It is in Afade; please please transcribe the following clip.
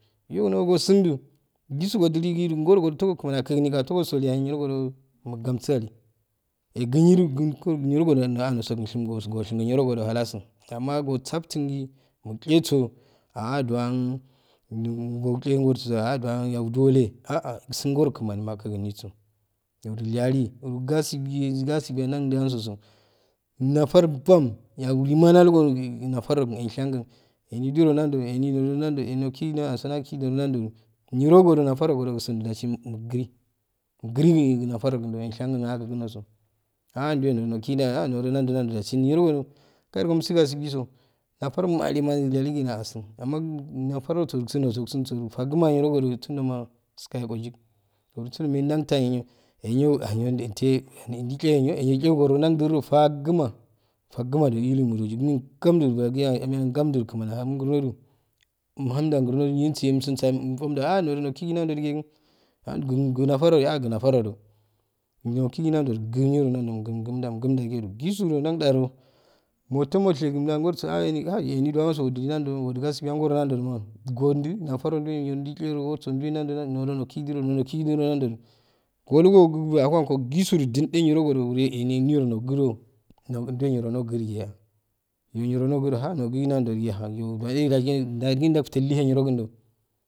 Yonogo sunju gisu jodiligiju goro goforo kmani akiginidu gato usolinaye nirogodo mngamsi ali ehginju quiko nro godo naa nushege shum ashengi niro gonje halaso amma go saktingi mucheso juwan borche gorsiso ha duwan yau jiwale aa sin goro kmani makiginiso yodul yali nro gasibin gasi biyan jan jinisoso nafarbam yarwema nalngo nafar rogo inshiyagi ehni jiro nan joju ehnid jro nan jo ehni nuk i na ansonakike jiro nanjoju nirogojo natar nogojo gosonju jasi migirig girigi nafar nogun jo inshiyanggu an agignno so ahdove noto noki jeye ah nojo n anjo nanjo jatsi nirogojo gayma misi gasibiso nafar male maiyaligi asun amma nafar rosef usun noso usunso ju fagma yirogojo sunjoma iskayogo gik uru sundo men dantanyenyo inyo heyo dente inyo jichegorronanjo fagma fagma jo ilumu jo jik immu ye gamjije yagiyaye immuye gamjuh kmani ahamo grnodu imhamda garnodu ninsin umri so soyaye in fem ta aha nodo nokigi nanjogi gn a gn nafarnote ah gi nafar nodo inyo akiki nan joju ginyoro nanjomogin ingmda gmjageju gisu jam jadoro moto mushegm da an gorso ah ehin hai ehin juwannso ojili nan odi gasibi angro nando amma gonjinatar nun jiwe ro jichero wortso duwe nanjo nanjo nojo nukjiro noro jiro nanjoju golli gogu ahwoko gisu ju jinje nirogo ruwe chni niro nogjo nog jiwe niro nogijige ha nogin an jo jige hayoo juwaye gargin dargin joffulliu niro gunjo.